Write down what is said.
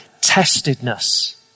Testedness